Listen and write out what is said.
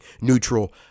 neutral